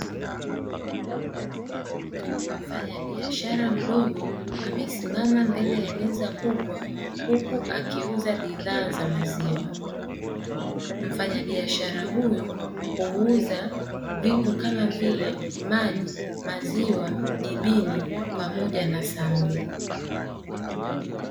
Mfanyabiashara mdogo amesimama mbele ya meza kubwa huku akiuza bidhaa za maziwa. Mfanyabiashara huyu huuza vitu kama vile: maji, maziwa, jibini pamoja na samli.